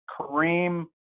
Kareem